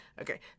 Okay